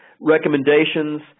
recommendations